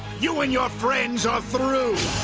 you and your friends are through.